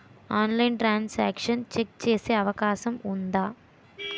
ఆన్లైన్లో transaction check చేసే అవకాశం ఉందా?